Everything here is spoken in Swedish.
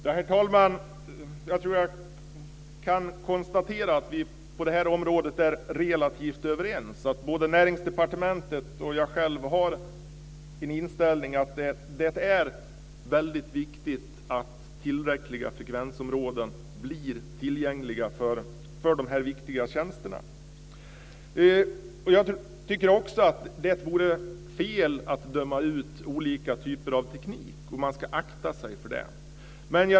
Herr talman! Jag tror att jag kan konstatera att vi på det här området är relativt överens, dvs. att både Näringsdepartementet och jag själv har en inställning att det är väldigt viktigt att tillräckliga frekvensområden blir tillgängliga för de viktiga tjänsterna. Det vore fel att döma ut olika typer av teknik. Man ska akta sig för det.